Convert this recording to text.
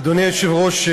אדוני היושב-ראש,